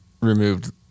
removed